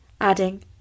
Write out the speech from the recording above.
adding